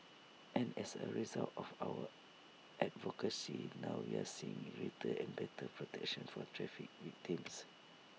and as A result of our advocacy now we're seeing greater and better protection for traffic victims